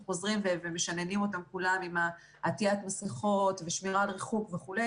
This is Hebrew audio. חוזרים ומשננים אותם כולם על עטיית מסכות ועל שמירה על ריחוק וכו'.